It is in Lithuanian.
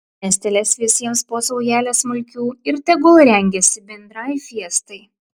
mestelės visiems po saujelę smulkių ir tegul rengiasi bendrai fiestai